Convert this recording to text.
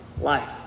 life